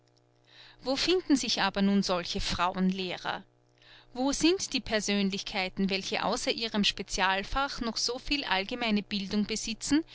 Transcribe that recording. wo finden sich aber nun solche frauenlehrer wo sind die persönlichkeiten welche außer ihrem specialfach noch so viel allgemeine bildung besitzen